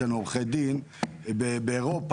באירופה,